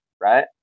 right